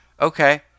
okay